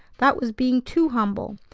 that was being too humble.